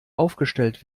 aufgestellt